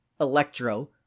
Electro